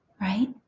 right